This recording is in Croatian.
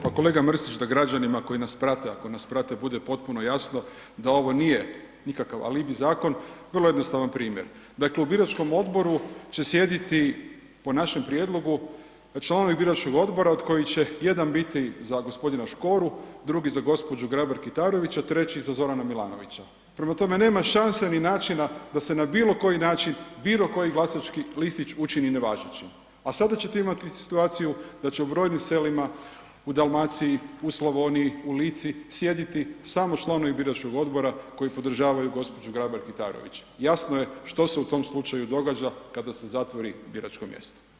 Pa kolega Mrsić, da građanima koji nas prate, ako nas prate, bude potpuno jasno da ovo nije nikakav alibi zakon, vrlo jednostavan primjer, dakle u biračkom odboru će sjediti, po našem prijedlogu, članovi biračkog odbora od kojih će jedan biti za g. Škoru, drugi za gđu. Grabar Kitarović, a treći za Zorana Milanovića, prema tome nema šanse, ni načina da se na bilo koji način bilo koji glasački listić učini nevažećim, a sada ćete imati situaciju da će u brojnim selima u Dalmaciji, u Slavoniji, u Lici sjediti samo članovi biračkog odbora koji podržavaju gđu. Grabar Kitarović, jasno je što se u tom slučaju događa kada se zatvori biračko mjesto.